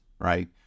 right